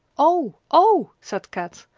oh! oh! said kat.